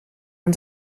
man